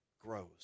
grows